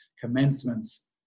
commencements